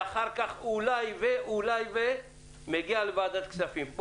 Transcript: ואחר כך אולי מגיע לוועדת הכספים.